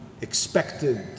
expected